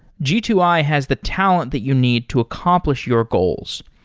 g two i has the talent that you need to accomplish your goals.